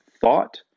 thought